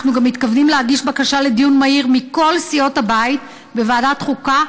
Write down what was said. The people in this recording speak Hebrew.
ואנחנו גם מתכוונים להגיש בקשה לדיון מהיר מכל סיעות הבית בוועדת חוקה: